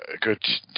Good